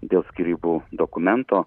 dėl skyrybų dokumento